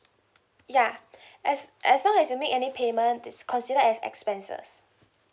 ya as as long as you make any payment it's consider as expenses